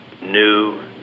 new